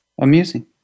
amusing